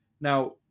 Now